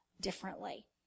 differently